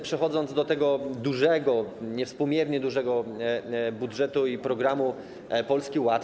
Przechodzę natomiast do dużego, niewspółmiernie dużego budżetu i programu Polski Ład.